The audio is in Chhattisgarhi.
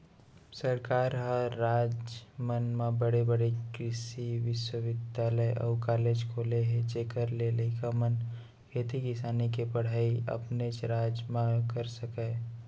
सरकार ह राज मन म बड़े बड़े कृसि बिस्वबिद्यालय अउ कॉलेज खोले हे जेखर ले लइका मन खेती किसानी के पड़हई अपनेच राज म कर सकय